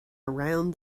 around